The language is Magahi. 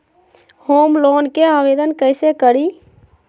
होम लोन के आवेदन कैसे करि?